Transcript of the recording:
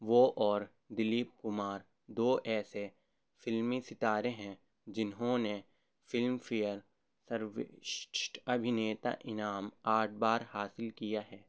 وہ اور دلیپ کمار دو ایسے فلمی ستارے ہیں جنہوں نے فلم فیئر سرو شریشٹھ ابھنیتا انعام آٹھ بار حاصل کیا ہے